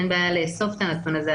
אין בעיה לאסוף את הנתון הזה,